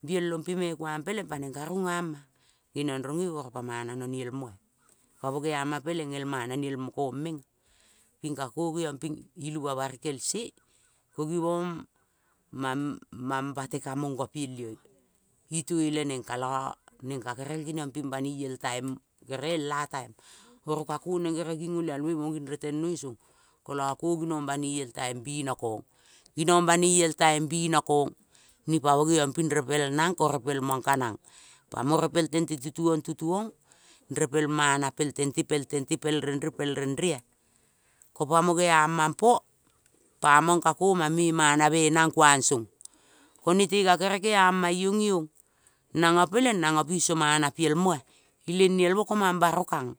Bielo pe me kuang peleng pa neng ka ningeama ngienongrong eo opa mana niel mo ea. Pamo geama peleng el mana niel mo komengea ping kako ilu mobam kelse mo gibong mam mambate ka mongno piel io itueleneng kalo neng kagerel et taim elea taim oro ka ko neng kere nging olialmoi mo nging natenoi song kolo ko ginong banoi el taim binokong. Ginong banoi el taim bino kong nipa mo repel nang ko repel mana pel tente pel tente pel renre pel renrea. Ko pa mo gea mapo, pamong kako mame manabe nangkuang song. Ko nete kagerei keiama iong iong nongo peleng nongo piso manapiel mo ea, ileng niel moko mong barokang.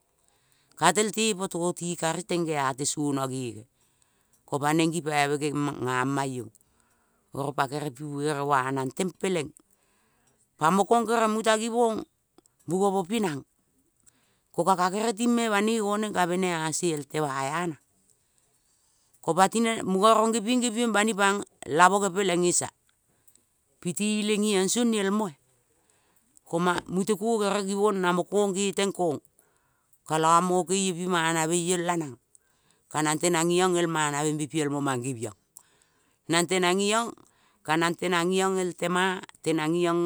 Katel tepo toti kan gea pibuere ua nangteng peleng pamokong keremuta gibmong bugomo pinang. Koka gerel ting me banoi goneng ka benea see el tema ea nang. Ko patineng mung rong ngepieng ngepieng banipang labose peleng esia piti ileng, ong song niol mo ea. Ko ma mute ko kore gibong namo kong getong kong kalo mo keie pimanareiong la nang, kanang lenaiong el manabe pielmo mang ngebiong nang tenaiong ka nang tenangiong el tema, tenang ngiong.